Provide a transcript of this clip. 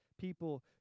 people